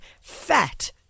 fat